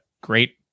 great